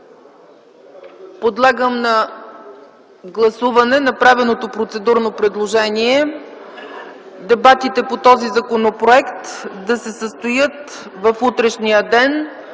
Подлагам на гласуване направеното процедурно предложение дебатите по този законопроект да се състоят в утрешния ден.